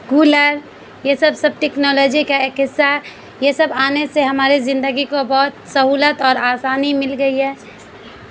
cooler یہ سب سب ٹیکنالوجی کا ایک حصہ یہ سب آنے سے ہمارے زندگی کو بہت سہولت اور آسانی مل گئی ہے